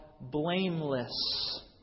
blameless